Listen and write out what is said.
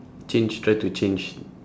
change try to change